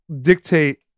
dictate